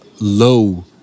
low